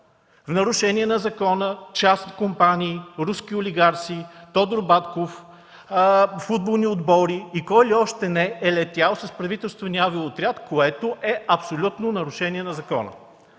В нарушение на закона частни компании, руски олигарси, Тодор Батков, футболни отбори и кой ли още не е летял с правителствения авиоотряд, което е абсолютно нарушение! Отгоре